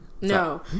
no